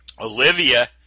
Olivia